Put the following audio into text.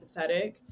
empathetic